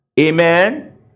Amen